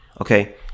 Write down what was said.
okay